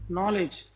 Knowledge